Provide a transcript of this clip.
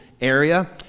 area